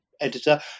editor